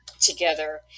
together